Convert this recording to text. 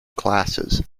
classes